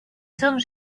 some